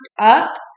up